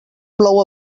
plou